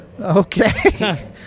Okay